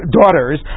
daughters